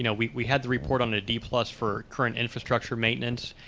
you know we we had the report on the d for current infrastructure maintenance.